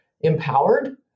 empowered